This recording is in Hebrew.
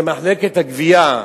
של מחלקת הגבייה,